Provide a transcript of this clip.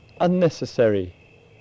unnecessary